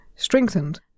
Strengthened